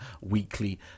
weekly